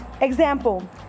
Example